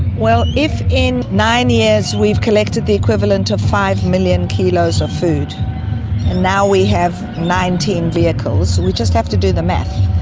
if in nine years we've collected the equivalent of five million kilos of food and now we have nineteen vehicles, we just have to do the maths.